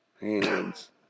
Hands